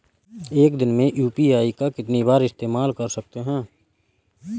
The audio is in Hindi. एक दिन में यू.पी.आई का कितनी बार इस्तेमाल कर सकते हैं?